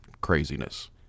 craziness